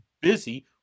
busy